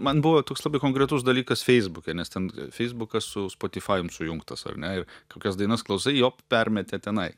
man buvo toks labai konkretus dalykas feisbuke nes ten feisbukas su spotifajum sujungtos ar ne kokias dainas klausai jau permetė tenai